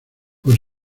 por